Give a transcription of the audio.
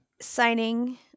signing